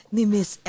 Miss